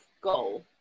goal